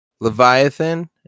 Leviathan